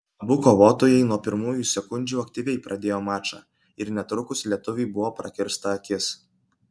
abu kovotojai nuo pirmųjų sekundžių aktyviai pradėjo mačą ir netrukus lietuviui buvo prakirsta akis